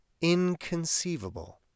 inconceivable